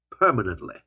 permanently